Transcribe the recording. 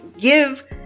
give